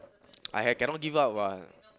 I had cannot give up what